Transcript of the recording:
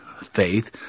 Faith